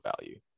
value